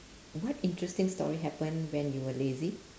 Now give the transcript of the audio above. what interesting story happen when you were lazy